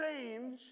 change